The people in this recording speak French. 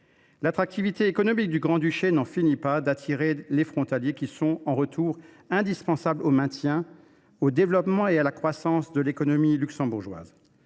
L’attractivité économique du Grand Duché n’en finit pas d’attirer les frontaliers, qui, en retour, sont indispensables au maintien, au développement et à la croissance de l’économie luxembourgeoise.